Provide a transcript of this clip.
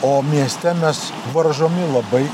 o mieste mes varžomi labai